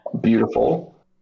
Beautiful